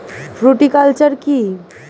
Fruticulture কী?